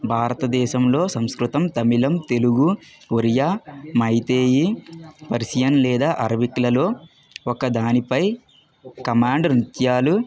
భారతదేశంలో సంస్కృతం తమిళం తెలుగు ఒరియా మైథిలి పర్షియన్ లేదా అరబిక్లలో ఒకదానిపై కమాండర్ నృత్యాలు